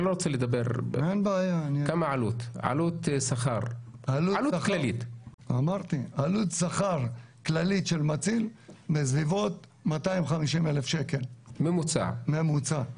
עלות שכר כללית של מציל היא בסביבות 250,000 שקל בממוצע.